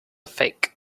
fake